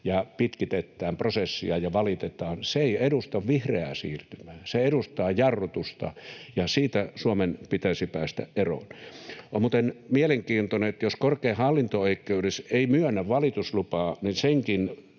ja pitkitetään prosesseja ja valitetaan. Se ei edusta vihreää siirtymää vaan jarrutusta, ja siitä Suomen pitäisi päästä eroon. On muuten mielenkiintoinen, että jos korkein hallinto-oikeus ei myönnä valituslupaa, niin senkin